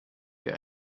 wir